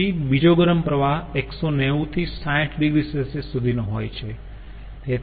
પછી બીજો ગરમ પ્રવાહ 190 થી 60 oC સુધીનો હોય છે